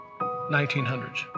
1900s